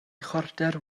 chwarter